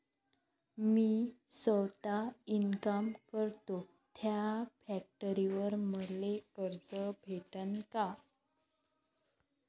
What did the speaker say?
मी सौता इनकाम करतो थ्या फॅक्टरीवर मले कर्ज भेटन का?